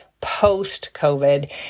post-COVID